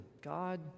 God